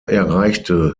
erreichte